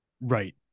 Right